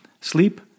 sleep